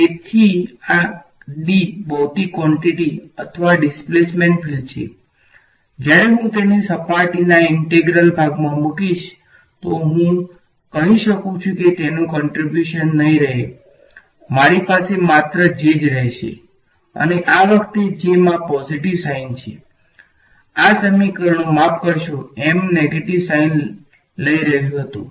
તેથી આ D ભૌતિક ક્વોંટીટી અથવા ડિસ્પ્લેસમેન્ટ ફિલ્ડ છે જ્યારે હું તેને સપાટીના ઈંટેગ્રલ ભાગમાં મુકીશ તો હું કહી શકું કે તેનુ ક્નટ્રીબ્યુશન નહીં રહે મારી પાસે માત્ર J જ રહેશે અને આ વખતે J મા પોઝીટીવ સાઈન છે આ સમીકરણમા માફ કરશો M નેગેટીવ સાઈન લઈ રહ્યું હતું